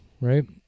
Right